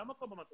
הם מקבלים מענק